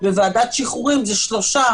ובוועדת שחרורים זה שלושה,